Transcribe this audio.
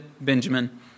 Benjamin